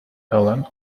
helen